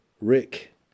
rick